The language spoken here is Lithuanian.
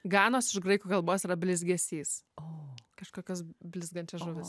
ganos iš graikų kalbos yra blizgesys o kažkokios blizgančios žuvys